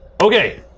Okay